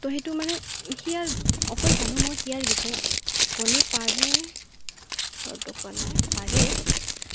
তো সেইটো মানে সেয়া অকল জানো মই তাৰ বিষয়ে কণী পাৰে বৰটোকোলাই পাৰেই